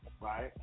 right